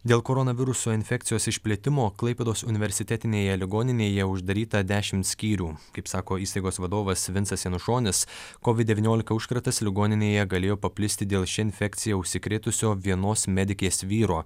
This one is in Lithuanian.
dėl koronaviruso infekcijos išplitimo klaipėdos universitetinėje ligoninėje uždaryta dešimt skyrių kaip sako įstaigos vadovas vincas janušonis kovid devyniolika užkratas ligoninėje galėjo paplisti dėl šia infekcija užsikrėtusio vienos medikės vyro